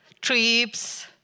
trips